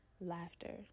laughter